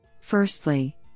Firstly